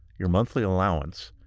your monthly allowance,